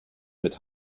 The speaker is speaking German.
mit